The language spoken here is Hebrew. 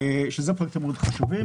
והם פרויקטים חשובים מאוד.